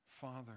Father